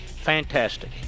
fantastic